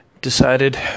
decided